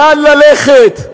לאן ללכת,